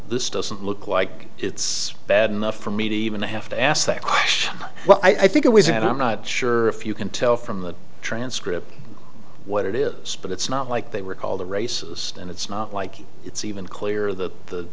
this doesn't look like it's bad enough for me to even have to ask that question well i think it was and i'm not sure if you can tell from the transcript what it is but it's not like they were called a racist and it's not like it's even clear that the